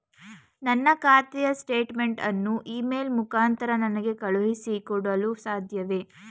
ನನ್ನ ಖಾತೆಯ ಸ್ಟೇಟ್ಮೆಂಟ್ ಅನ್ನು ಇ ಮೇಲ್ ಮುಖಾಂತರ ನನಗೆ ಕಳುಹಿಸಿ ಕೊಡಲು ಸಾಧ್ಯವೇ?